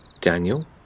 Daniel